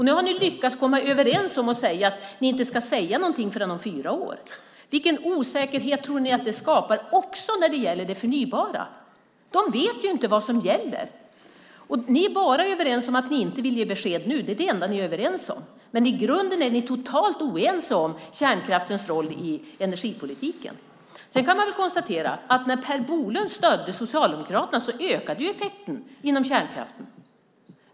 Nu har ni lyckats komma överens om att säga att ni inte ska säga någonting förrän om fyra år. Vilken osäkerhet tror ni att det skapar, också när det gäller det förnybara? De vet inte vad som gäller! Ni är bara överens om att ni inte vill ge besked nu. Det är det enda ni är överens om. Men i grunden är ni totalt oense om kärnkraftens roll i energipolitiken. Sedan kan man konstatera att när Per Bolund stödde Socialdemokraterna ökade effekten inom kärnkraften.